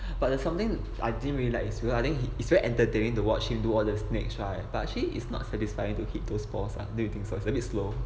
but there's something I didn't really like it's because I think he is very entertaining to watch him do all the snakes right but actually is not satisfying to hit those balls lah do you think so it's a bit slow